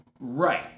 right